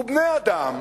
ובני-אדם,